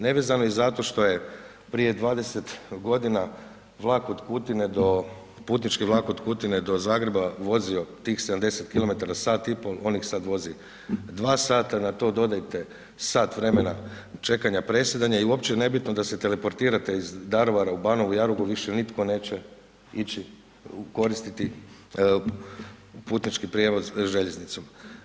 Nevezano i zato što je prije 20 g. vlak od Kutine do, putnički vlak od Kutine do Zagreba vozio tih 70 km sat i pol, on ih sad ih vozi 2 sata, na to dodajte sat vremena čekanja presjedanja i uopće je nebitno da se teleportirate iz Daruvara u Banovu Jarugu, više nitko neće ići koristiti putnički prijevoz željeznicom.